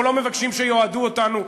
אנחנו לא מבקשים שיאהדו אותנו,